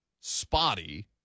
spotty